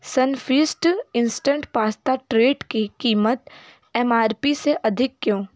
Sunfeast instant pasta treat की कीमत M R P से अधिक क्यों